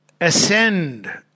Ascend